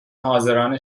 حاضران